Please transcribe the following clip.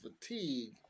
fatigue